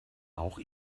auch